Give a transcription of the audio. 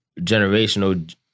generational